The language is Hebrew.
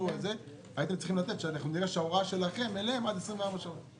הייתם צריכים לכתוב שההוראה שלכם היא למסור תוצאות תוך 24 שעות.